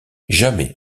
jamais